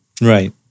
Right